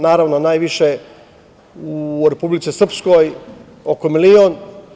Naravno, najviše u Republici Srpskoj, oko milion.